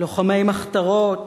לוחמי מחתרות,